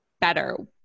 better